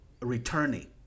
returning